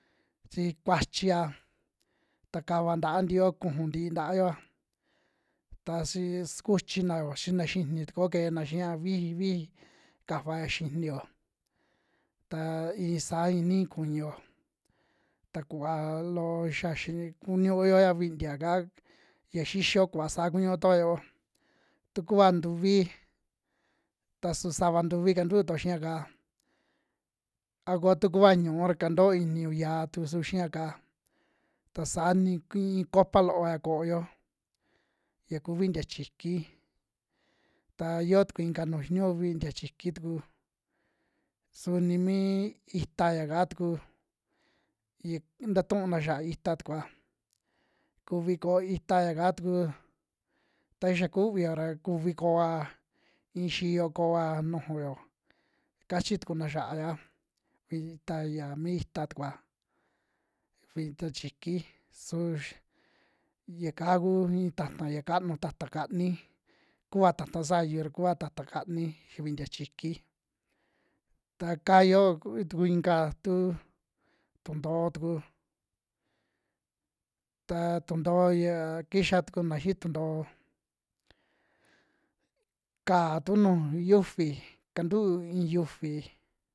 Chi kuachia ta kava ntaa ntiyoa, kuju ntii ta'ayoa ta xi sukuchinao, xina xini tukuo keena xia viji, viji kafaya xiiniyo ta isaa inii kuñuo ta kuva loo xia xi kuniuyo'ya vintikia'ka ya xixio kuva saa kuniun tou ya yo'o, tukua ntuvi ta su sava ntuuvi kantuu tuo xia'ka a ko tu kua ñu'u ra kantuo iin niñu'ya tu su xia'ka, ta sa ni in kui copa loo vaya ko'o yaku vintia chiiki, ta yoo yuku inka nuu xiniuu vintia chiki tuku su ni mii itaya'ka tuku ik tatuuna xiaa ita tukua kuvi koo itaya'ka tuku, ta xia kuvio ra kuvi koa in xiyo koa nujuyo kachi tukuna xia'aya, vita ya mi ita tikuya vita chiki sux yaka kuu ii ta'ta ya kanu, ta'ta kani kua ta'ta sayu ra kua ta'ta kani xi a vintia kichi. Ta ka yio tuku inka tuu tuntoo tuku, ta tuntoo ya kixa tukuna xii tuntoo kaatu nuju yiufi, kantu in xiufi.